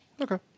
Okay